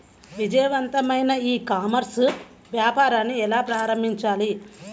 విజయవంతమైన e-commerce వ్యాపారాన్ని ఎలా ప్రారంభించాలి?